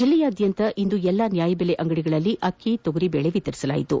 ಜಿಲ್ಲೆಯಾದ್ದಂತ ಇಂದು ಎಲ್ಲಾ ನ್ಯಾಯಬೆಲೆ ಅಂಗಡಿಗಳಲ್ಲಿ ಅಕ್ಕಿ ಹಾಗು ತೊಗರಿಬೇಳೆ ವಿತರಿಸಲಾಯಿತು